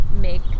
make